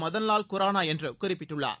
மதன்வால் குரானா என்று குறிப்பிட்டுள்ளார்